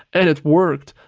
and it worked,